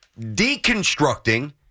deconstructing